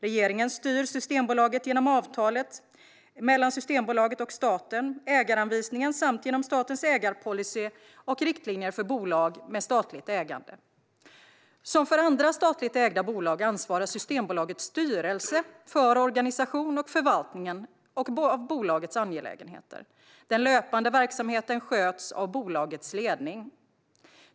Regeringen styr Systembolaget genom avtalet mellan Systembolaget och staten, ägaranvisningen samt genom statens ägarpolicy och riktlinjer för bolag med statligt ägande. Som för andra statligt ägda bolag ansvarar Systembolagets styrelse för organisation och förvaltningen av bolagets angelägenheter. Den löpande verksamheten sköts av bolagets ledning.